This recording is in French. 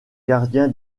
gardien